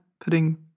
putting